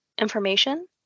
information